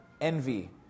envy